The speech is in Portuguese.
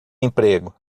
emprego